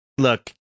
Look